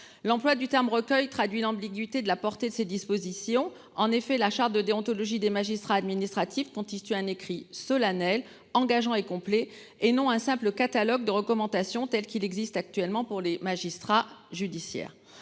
L'emploi du terme recueil traduit l'ambiguïté de la portée de ces dispositions. En effet, la charte de déontologie des magistrats administratifs, constitue un écrit solennel engageant et complet, et non un simple catalogue de recommandations telles qu'il existe actuellement pour les magistrats judiciaires